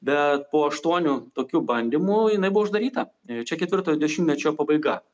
bet po aštuonių tokių bandymų jinai buvo uždaryta čia ketvirtojo dešimtmečio pabaiga